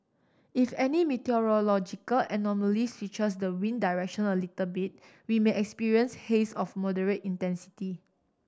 if any meteorological anomaly switches the wind direction a little bit we may experience haze of moderate intensity